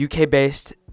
uk-based